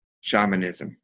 shamanism